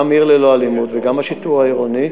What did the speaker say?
גם "עיר ללא אלימות" וגם השיטור העירוני,